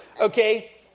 Okay